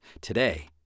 Today